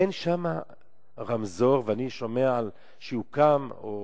אין שם רמזור, ואני שומע שיוקם או